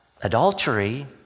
adultery